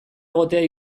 egotea